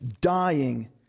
dying